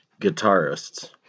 guitarists